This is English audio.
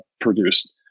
produced